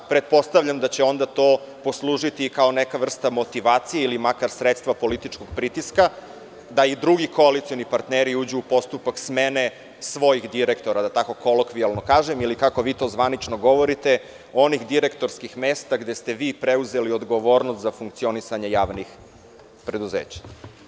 Pretpostavljam da će onda to poslužiti i kao neka vrsta motivacije ili makar sredstva političkog pritiska da i drugi koalicioni partneri uđu u postupak smene svojih direktora, da tako kolokvijalno kažem, ili kako vi to zvanično govorite, onih direktorskih mesta gde ste vi preuzeli odgovornost za funkcionisanje javnih preduzeća.